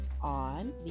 on